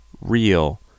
real